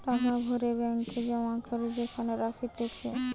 টাকা ভরে ব্যাঙ্ক এ জমা করে যেখানে রাখতিছে